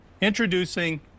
Introducing